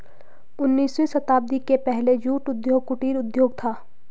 उन्नीसवीं शताब्दी के पहले जूट उद्योग कुटीर उद्योग था